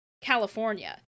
California